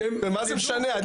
מה זה משנה,